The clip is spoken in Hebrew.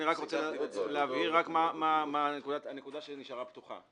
אני רק רוצה להבהיר את הנקודה שנשארה פתוחה,